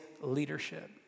leadership